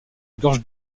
gorge